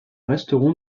resteront